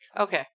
Okay